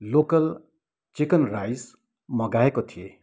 local chicken rice मगाएको थिएँ